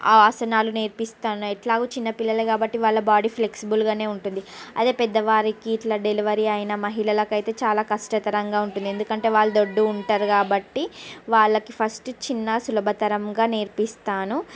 ఆసనాలు నేర్పిస్తాను ఎట్లాగో చిన్నపిల్లలు కాబట్టి వాళ్ళ బాడీ ఫ్లెక్సిబుల్గా ఉంటుంది అదే పెద్దవారికి ఇట్లా డెలివరీ అయిన మహిళకు అయితే చాలా కష్టతరంగా ఉంటుంది ఎందుకంటే వాళ్ళు దొడ్డుగా ఉంటారు కాబట్టి వాళ్ళకి ఫస్ట్ చిన్న సులభతరంగా నేర్పిస్తాను